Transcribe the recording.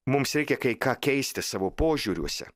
mums reikia kai ką keisti savo požiūriuose